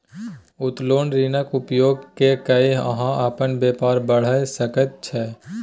उत्तोलन ऋणक उपयोग क कए अहाँ अपन बेपार बढ़ा सकैत छी